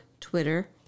Twitter